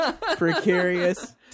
precarious